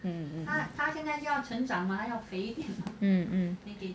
mm mm mm